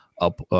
Up